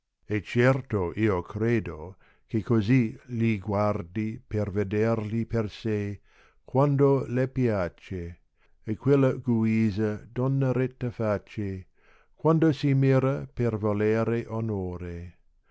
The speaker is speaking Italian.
e certo io credo che così gli gaardt per vedergli per se quando le piace a qaella guisa donna retta face quando si mira per volere onore